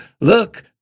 look